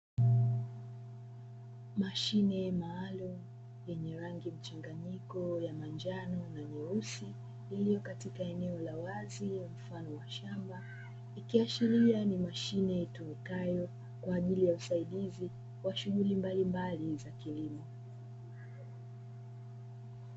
Mashine maalum yenye rangi mchanganyiko ya manjano na nyeusi, iliyo katika eneo la wazi mfano wa shamba. Ikiashiria ni mashine itumikayo kwa ajili ya usaidizi wa shughuli mbalimbali za kilimo.